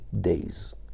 days